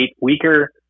weaker